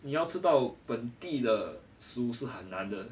你要吃到本地的食物是很难的